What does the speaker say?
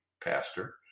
pastor